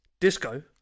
Disco